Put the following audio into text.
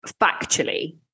Factually